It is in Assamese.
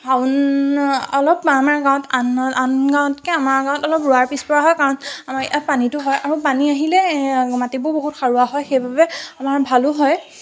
শাওণ অলপ আমাৰ গাঁৱত আন আন গাঁৱতকৈ আমাৰ গাঁৱত অলপ ৰোৱা পিছপৰা হয় কাৰণ আমাৰ ইয়াত পানীটো হয় আৰু পানী আহিলে মাটিবোৰ বহুত সাৰুৱা হয় সেইবাবে আমাৰ ভালো হয়